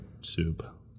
soup